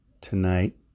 tonight